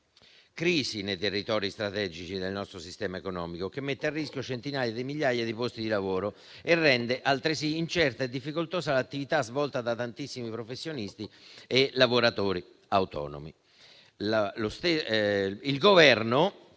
crisi in territori strategici del nostro sistema economico, che mette a rischio centinaia di migliaia di posti di lavoro e rende altresì incerta e difficoltosa l'attività svolta da tantissimi professionisti e lavoratori autonomi.